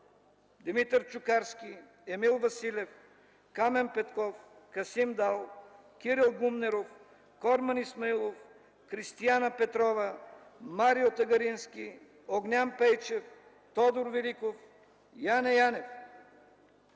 Димитър Чукарски, Емил Василев, Камен Петков, Касим Дал, Кирил Гумнеров, Корман Исмаилов, Кристияна Петрова, Марио Тагарински, Огнян Пейчев, Тодор Великов, Яне Янев.